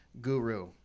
guru